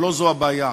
אבל לא זו הבעיה.